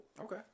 Okay